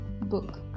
book